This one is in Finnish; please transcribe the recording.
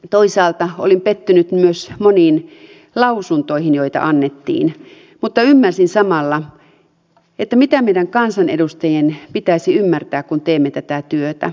toisaalta olin pettynyt myös moniin lausuntoihin joita annettiin mutta ymmärsin samalla mitä meidän kansanedustajien pitäisi ymmärtää kun teemme tätä työtä